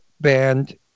band